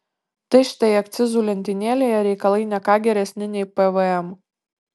tai štai akcizų lentynėlėje reikalai ne ką geresni nei pvm